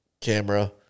camera